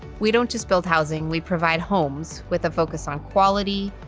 we don't just build housing, we provide homes with a focus on quality,